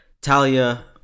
Talia